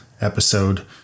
episode